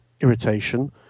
irritation